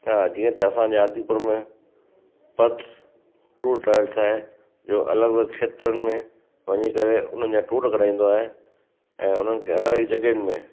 हा जीअं त असांजा आदिपुर में पथ टूर ट्रेवल्स आहे जो अलॻि अलॻि खेत्रनि में वञी करे उन्हनि जा टूर कराईंदो आहे ऐं उन्हनि खे अलॻि अलॻि जॻहिन में